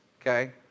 okay